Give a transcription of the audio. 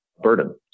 burden